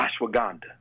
ashwagandha